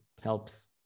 helps